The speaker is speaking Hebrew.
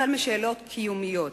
החל בשאלות קיומיות: